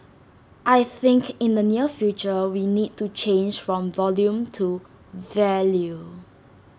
I think in the near future we need to change from volume to value